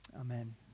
Amen